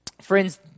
Friends